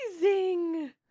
Amazing